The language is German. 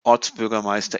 ortsbürgermeister